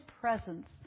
presence